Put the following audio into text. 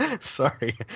Sorry